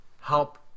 help